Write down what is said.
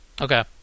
Okay